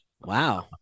Wow